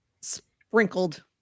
sprinkled